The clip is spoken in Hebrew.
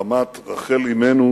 בנחמת רחל אמנו,